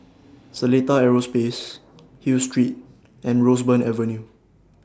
Seletar Aerospace Hill Street and Roseburn Avenue